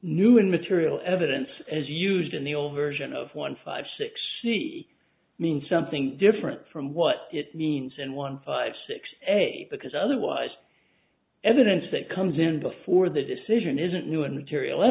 new and material evidence as used in the old version of one five six he means something different from what it means and one five six eight because otherwise evidence that comes in before the decision isn't